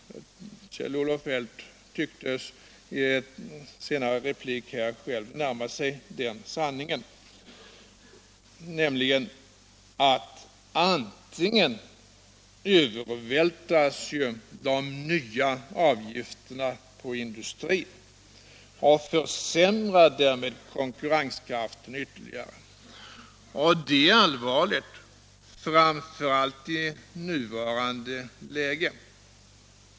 Kjell Olof Feldt tycks i en senare replik här själv närma sig sanningen. Den är nämligen att antingen övervältras de nya avgifterna på industrin och försämrar därmed konkurrenskraften ytterligare — och det är allvarligt, framför allt i nuvarande läge.